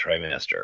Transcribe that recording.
trimester